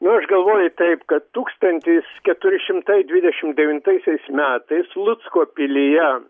nu aš galvoju taip kad tūkstantis keturi šimtai dvidešim devintaisiais metais lucko pilyje